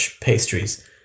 pastries